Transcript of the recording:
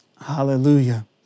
Hallelujah